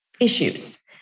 issues